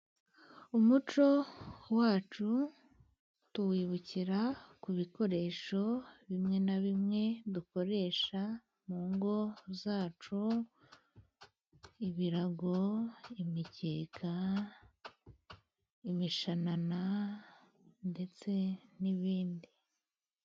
Umuco wacu tuwibukira ku bikoresho bimwe na bimwe dukoresha mu ngo zacu, ibirago, imikeka, imishanana ndetse n'ibindi.